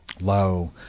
Low